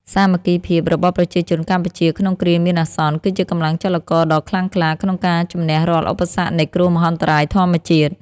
សាមគ្គីភាពរបស់ប្រជាជនកម្ពុជាក្នុងគ្រាមានអាសន្ន គឺជាកម្លាំងចលករដ៏ខ្លាំងក្លាក្នុងការជម្នះរាល់ឧបសគ្គនៃគ្រោះមហន្តរាយធម្មជាតិ។